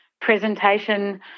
presentation